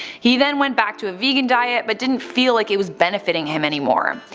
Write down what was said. he then went back to a vegan diet, but didn't feel like it was benefiting him anymore.